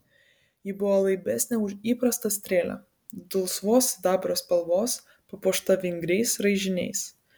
ji buvo laibesnė už įprastą strėlę dulsvos sidabro spalvos papuošta vingriais raižiniais